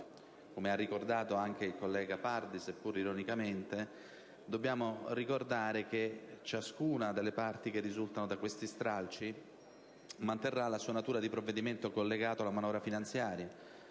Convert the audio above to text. come ha ricordato anche il collega Pardi, seppur ironicamente, dobbiamo rammentare che ciascuna delle parti che risulta da questi stralci manterrà la sua natura di provvedimento collegato alla manovra finanziaria.